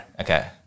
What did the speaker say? Okay